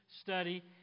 study